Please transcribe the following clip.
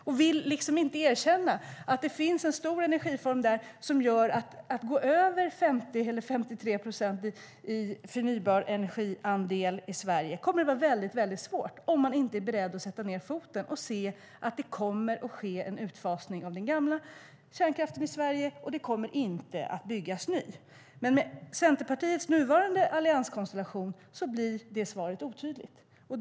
Hon vill inte erkänna att det kommer att vara väldigt svårt att gå över 50 eller 53 procent i andel förnybar energi i Sverige om man inte är beredd att sätta ned foten och se till att det sker en utfasning av den gamla kärnkraften i Sverige och att det inte byggs ny. Men med Centerpartiets nuvarande allianskonstellation blir det svaret otydligt.